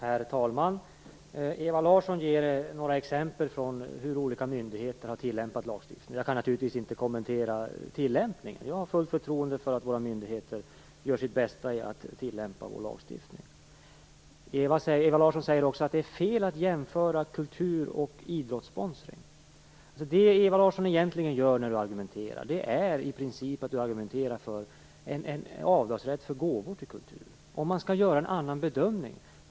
Herr talman! Ewa Larsson ger några exempel på hur olika myndigheter har tillämpat lagstiftningen. Jag kan naturligtvis inte kommentera tillämpningen. Men jag har fullt förtroende för att våra myndigheter gör sitt bästa i att tillämpa vår lagstiftning. Ewa Larsson säger också att det är fel att jämföra kultursponsring och idrottssponsring. Ewa Larsson argumenterar i princip för en avdragsrätt för gåvor till kultur. Men skall man göra en annan bedömning?